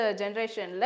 generation